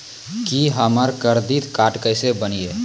की हमर करदीद कार्ड केसे बनिये?